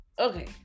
okay